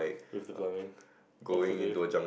with the pumping of the day